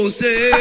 say